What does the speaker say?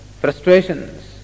frustrations